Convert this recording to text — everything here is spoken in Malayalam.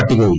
പട്ടികയിൽ